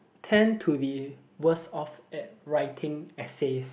tend to be worse off at writing essays